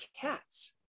cats